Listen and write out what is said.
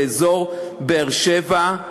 לאזור באר-שבע,